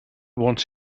want